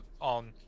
on